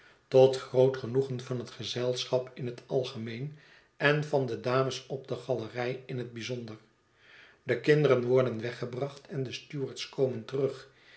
tot groot genoegen van het gezelschap in het algemeen en van de dames op de galerij in het byzonder de kinderen worden weggebracht en de stewards komen terug